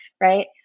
right